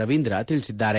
ರವೀಂದ್ರ ತಿಳಿಸಿದ್ದಾರೆ